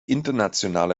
internationale